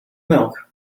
milk